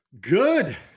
Good